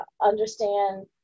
understand